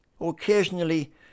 Occasionally